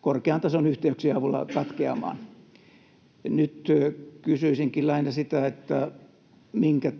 korkean tason yhteyksien avulla katkeamaan. Nyt kysyisinkin lähinnä sitä, minkä